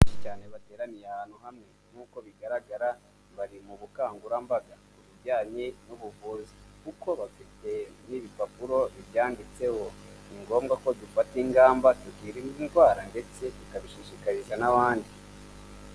Cyane bateraniye ahantu hamwe, nk'uko bigaragara bari mu bukangurambaga ku bijyanye n'ubuvuzi kuko bafite n'ibipapuro bibyanditseho. Ni ngombwa ko dufata ingamba tukirinda indwara ndetse ikabishishikariza n'abandi.